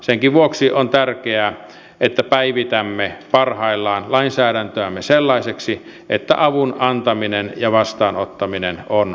senkin vuoksi on tärkeää että päivitämme parhaillaan lainsäädäntöämme sellaiseksi että avun antaminen ja vastaanottaminen on mahdollista